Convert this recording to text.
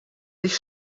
sich